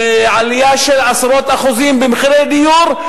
עלייה של עשרות אחוזים במחירי הדיור,